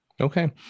Okay